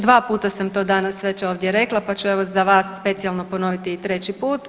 Dva puta sam to danas već ovdje rekla, pa ću evo za vas specijalno ponoviti i treći put.